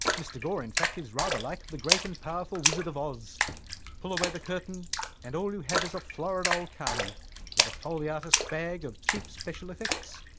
mr. gore in fact is rather like the great and powerful wizard of oz pull away the curtain and all you have is a florid old carny with a foley artist's bag of cheap special effects.